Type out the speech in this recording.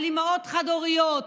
על אימהות חד-הוריות,